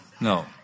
no